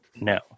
no